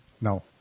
No